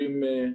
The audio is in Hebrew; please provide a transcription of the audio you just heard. כולם נראים לי